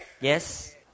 Yes